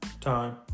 Time